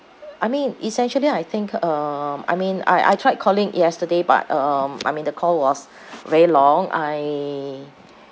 I mean essentially I think um I mean I I tried calling yesterday but um I mean the call was very long I